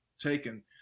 taken